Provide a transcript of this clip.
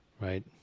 Right